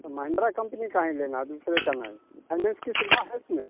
तो महिंद्रा कंपनी का ही लेना दूसरे का नहीं फाइनेंस की सुविधा है इसमें